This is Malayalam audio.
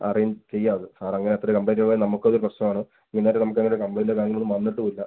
അറേഞ്ച് ചെയ്യാം അത് സാർ അങ്ങനത്തെ ഒരു കംപ്ലയിൻ്റ് ചെയ്താൽ നമ്മൾക്ക് അത് പ്രശ്നമാണ് ഇന്നെരും നമുക്ക് അങ്ങനെ കംപ്ലയിൻ്റോ കാര്യങ്ങളോ ഒന്നും വന്നിട്ടുമില്ല